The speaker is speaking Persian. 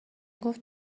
گفت